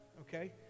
okay